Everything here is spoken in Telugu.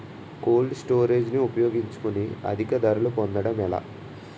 కోల్డ్ స్టోరేజ్ ని ఉపయోగించుకొని అధిక ధరలు పొందడం ఎలా?